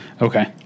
Okay